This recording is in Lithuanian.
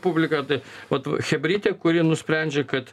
publika tai vat chebrytė kuri nusprendžia kad